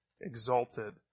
exalted